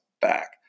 back